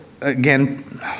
again